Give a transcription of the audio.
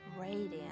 radiant